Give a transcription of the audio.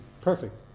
perfect